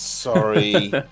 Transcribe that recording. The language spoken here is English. Sorry